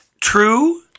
True